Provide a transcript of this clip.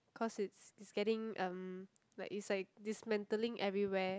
cause it's it's getting um like it's like dismantling everywhere